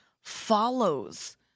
follows